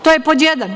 To je pod jedan.